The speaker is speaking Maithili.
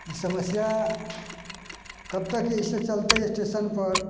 ई समस्या कब तक ऐसे चलते स्टेशन पर